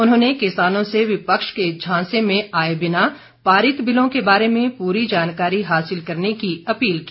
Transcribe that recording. उन्होंने किसानों से विपक्ष के झांसे में आए बिना पारित बिलों के बारे में पूरी जानकारी हासिल करने की अपील की